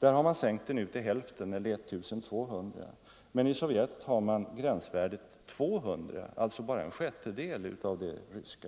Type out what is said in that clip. Gränsvärdet har nu sänkts till hälften eller 1 200 mg. I Sovjetunionen har man gränsvärdet 200 mg, alltså bara en sjättedel av det svenska.